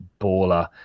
baller